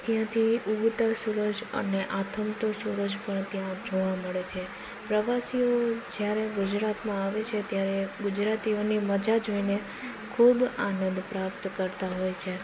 ત્યાંથી ઉગતા સૂરજ અને આથમતો સૂરજ પણ ત્યાં જ જોવા મળે છે પ્રવાસીઓ જ્યારે ગુજરાતમાં આવે છે ત્યારે ગુજરાતીઓની મજા જોઈને ખૂબ આનંદ પ્રાપ્ત કરતાં હોય છે